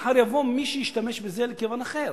מחר יבוא מי שישתמש בזה לכיוון אחר.